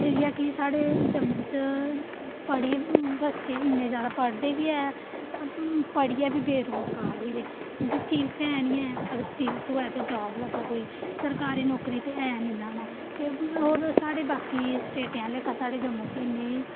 इ'यै कि साढ़े जम्मू च पढ़े दे बच्चे इ'न्ने जैदा पढ़दे बी ऐ पढ़ियै बी बेरोजगार न कि जे स्किलस है निं ऐ अगर स्किलस हौवै ते जाब लग्गै कोई सरकारी नौकरी ते है निं ऐ ते होर साढ़े बाकी स्टेटें आह्ले लेखां जम्मू च